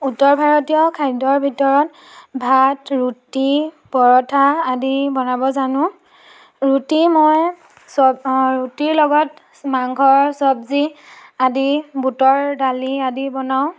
উত্তৰ ভাৰতীয় খাদ্যৰ ভিতৰত ভাত ৰুটি পৰঠা আদি বনাব জানো ৰুটি মই চব ৰুটিৰ লগত মাংসৰ চবজি আদি বুটৰ দালি আদি বনাওঁ